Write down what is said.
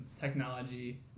technology